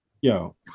yo